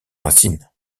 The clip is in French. racines